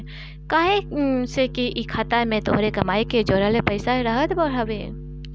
काहे से कि इ खाता में तोहरे कमाई के जोड़ल पईसा रहत हवे